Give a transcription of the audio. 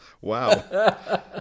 Wow